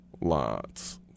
Lots